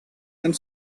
and